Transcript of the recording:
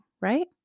Right